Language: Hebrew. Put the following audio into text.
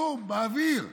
כלום, באוויר.